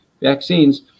vaccines